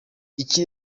iki